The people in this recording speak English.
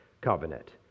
covenant